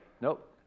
nope